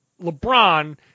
LeBron